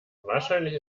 wahrscheinlich